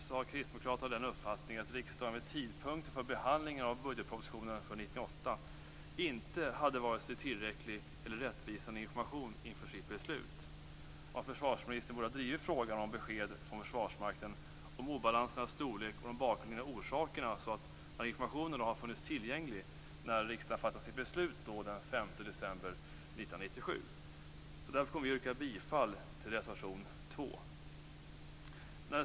Där har Kristdemokraterna den uppfattningen att riksdagen vid tidpunkten för behandlingen av budgetpropositionen för 1998 inte hade vare sig tillräcklig eller rättvisande information inför sitt beslut. Försvarsministern borde ha drivit frågan om besked från Försvarsmakten om obalansernas storlek och de bakomliggande orsakerna så att den informationen hade funnits tillgänglig när riksdagen fattade sitt beslut den 5 december 1997. Därför kommer vi att yrka bifall till reservation 2.